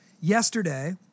Yesterday